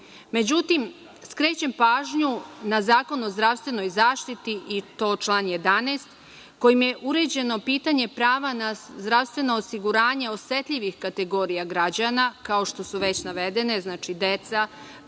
zakon.Međutim, skrećem pažnju na Zakon o zdravstvenoj zaštiti, član 11, kojim je uređeno pitanje prava na zdravstveno osiguranje osetljivih kategorija građana, kao što su već navedene – deca,